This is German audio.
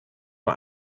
nur